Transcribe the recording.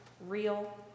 real